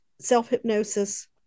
self-hypnosis